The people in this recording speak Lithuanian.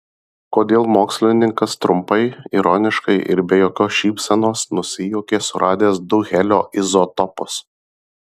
kodėl mokslininkas trumpai ironiškai ir be jokios šypsenos nusijuokė suradęs du helio izotopus